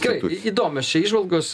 gerai įdomios čia įžvalgos